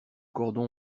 cordon